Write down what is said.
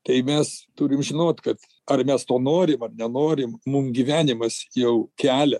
tai mes turim žinot kad ar mes to norim ar nenorim mum gyvenimas jau kelia